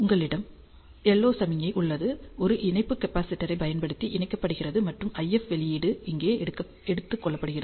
உங்களிடம் LO சமிக்ஞை உள்ளது ஒரு இணைப்பு கேப்பாசிட்டரைப் பயன்படுத்தி இணைக்கப்படுகிறது மற்றும் IF வெளியீடு இங்கே எடுத்துக் கொள்ளப்படுகிறது